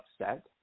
upset